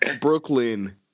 Brooklyn